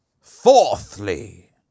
Fourthly